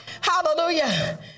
Hallelujah